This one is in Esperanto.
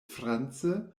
france